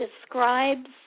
describes